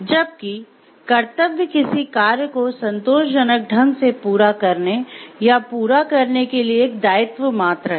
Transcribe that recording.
जबकि कर्तव्य किसी कार्य को संतोषजनक ढंग से पूरा करने या पूरा करने के लिए एक दायित्व मात्र है